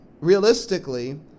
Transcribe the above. realistically